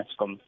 ESCOM